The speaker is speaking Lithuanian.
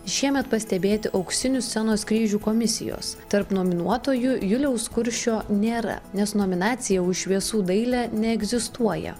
šiemet pastebėti auksinių scenos kryžių komisijos tarp nominuotųjų juliaus kuršio nėra nes nominacija už šviesų dailę neegzistuoja